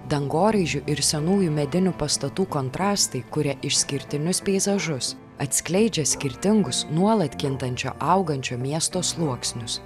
dangoraižių ir senųjų medinių pastatų kontrastai kuria išskirtinius peizažus atskleidžia skirtingus nuolat kintančio augančio miesto sluoksnius